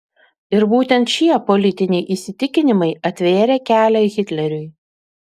ir būtent šie politiniai įsitikinimai atvėrė kelią hitleriui